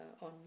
on